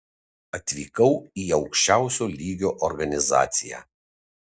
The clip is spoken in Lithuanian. atvykau į aukščiausio lygio organizaciją